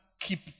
Keep